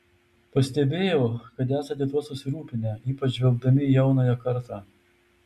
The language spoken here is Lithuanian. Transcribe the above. pastebėjau kad esate tuo susirūpinę ypač žvelgdami į jaunąją kartą